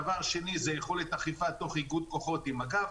דבר שני זה יכולת אכיפה תוך איגוד כוחות עם מג"ב,